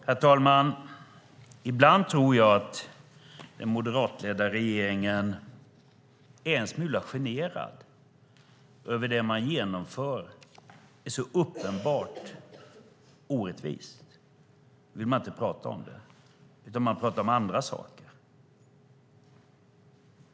Herr talman! Ibland tror jag att den moderatledda regeringen är en smula generad över att det som man genomför är så uppenbart orättvist. Därför vill man inte tala om det, utan man talar om andra saker.